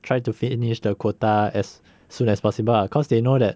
try to finish the quota as soon as possible lah cause they know that